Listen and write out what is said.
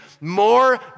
more